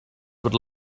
would